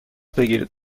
بگیرید